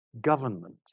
government